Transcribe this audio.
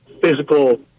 physical